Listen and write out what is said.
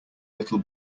little